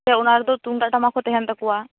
ᱥᱮ ᱚᱱᱟᱨᱮᱫᱚ ᱛᱩᱢᱫᱟᱜ ᱴᱟᱢᱟᱠ ᱠᱚ ᱛᱟᱦᱮᱱ ᱛᱟᱠᱚᱣᱟ